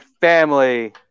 family